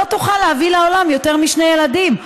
לא תוכל להביא לעולם יותר משני ילדים,